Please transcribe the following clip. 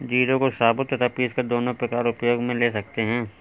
जीरे को साबुत तथा पीसकर दोनों प्रकार उपयोग मे ले सकते हैं